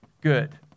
good